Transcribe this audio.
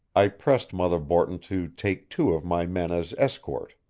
i pressed mother borton to take two of my men as escort,